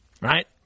right